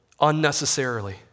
unnecessarily